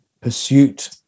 pursuit